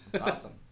Awesome